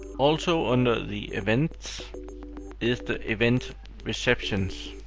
also under the events is the event recipients,